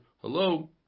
Hello